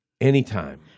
anytime